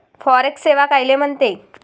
Forex सेवा कायले म्हनते?